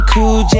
Cool